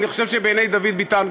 ואני חושב שגם בעיני דוד ביטן,